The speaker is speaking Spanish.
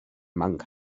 manga